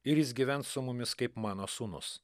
ir jis gyvens su mumis kaip mano sūnus